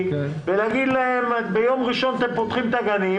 ולהגיד להם 'ביום ראשון אתם פותחים את הגנים,